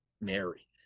Mary